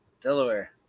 Delaware